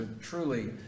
truly